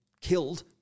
killed